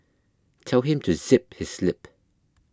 tell him to zip his lip